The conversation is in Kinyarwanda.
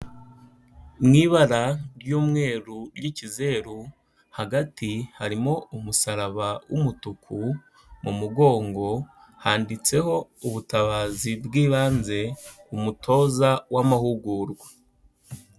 Mu ibara ry'umweru ry'ikizeru hagati harimo umusaraba w'umutuku, mu mugongo handitseho ubutabazi bw'ibanze ku mutoza w'amahugurwa.